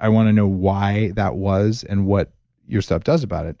i want to know why that was and what your stuff does about it.